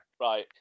Right